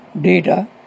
data